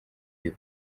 view